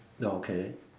okay